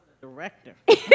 Director